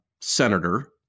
senator